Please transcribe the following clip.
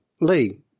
lee